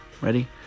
Ready